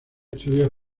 estudios